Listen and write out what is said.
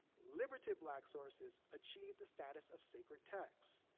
liberative black sources achieved the status of sacred texts,